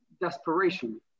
desperation